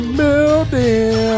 building